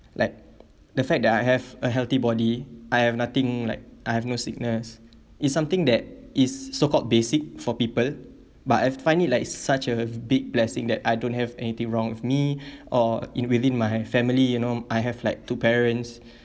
like the fact that I have a healthy body I have nothing like I have no sickness is something that is so called basic for people but I find it like such a big blessing that I don't have anything wrong with me or in within my family you know I have like two parents